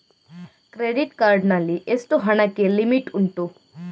Credit card ನಲ್ಲಿ ಎಷ್ಟು ಹಣಕ್ಕೆ ಲಿಮಿಟ್ ಉಂಟು?